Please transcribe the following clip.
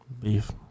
beef